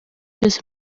byose